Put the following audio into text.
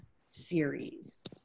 series